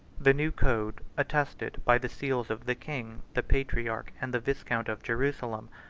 the new code, attested by the seals of the king, the patriarch, and the viscount of jerusalem,